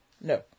No